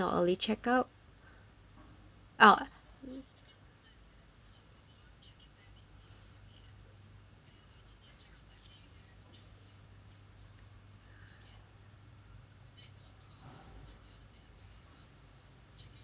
ah